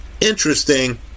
interesting